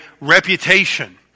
reputation